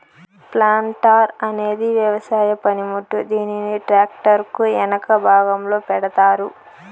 planter అనేది వ్యవసాయ పనిముట్టు, దీనిని ట్రాక్టర్ కు ఎనక భాగంలో పెడతారు